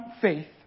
faith